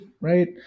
right